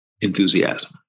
enthusiasm